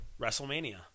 WrestleMania